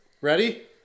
Ready